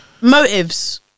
motives